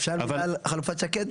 אפשר מילה על חלופת שקד,